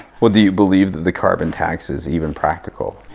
well, do you believe that the carbon tax is even practical?